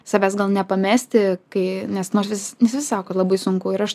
savęs gal nepamesti kai nes nors vis nes vis sako kad labai sunku ir aš